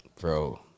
Bro